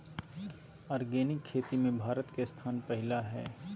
organic खेती में भारत के स्थान पहिला हइ